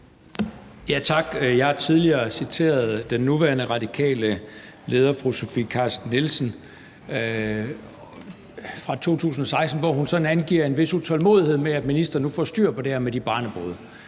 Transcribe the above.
Tak. Jeg har tidligere citeret den nuværende radikale leder, fru Sofie Carsten Nielsen, fra 2016, hvor hun sådan tilkendegiver en vis utålmodighed med, at ministeren nu får styr på det her med de barnebrude.